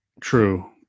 True